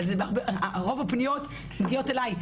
אבל רוב הפניות מגיעות אליי.